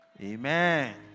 Amen